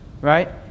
Right